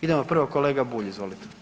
Idemo prvo kolega Bulj, izvolite.